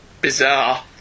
bizarre